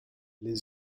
les